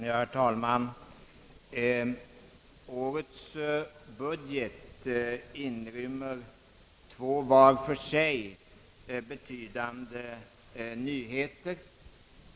Herr talman! Årets budget inrymmer två var för sig betydande nyheter.